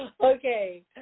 okay